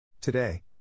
Today